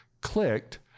clicked